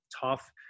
tough